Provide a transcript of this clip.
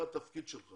זה התפקיד שלך